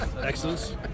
Excellent